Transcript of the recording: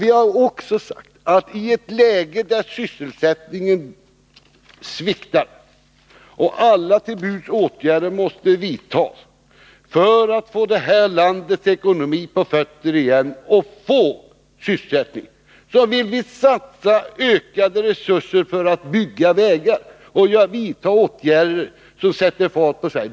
Vi har också sagt att i ett läge där sysselsättningen sviktar och alla till buds stående medel måste tillgripas för att få det här landets ekonomi på fötter igen och skapa sysselsättning, så vill vi satsa ökade resurser för att bygga vägar och vidta åtgärder som sätter fart på Sverige.